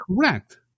Correct